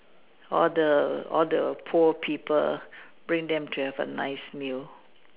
or the or the poor people bring them to have a nice meal